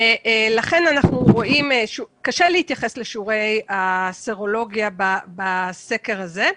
ולכן קשה להתייחס לשיעורי הסרולוגיה בסקר הזה.